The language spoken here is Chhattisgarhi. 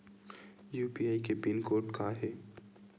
यू.पी.आई के पिन कोड का हे?